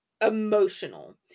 emotional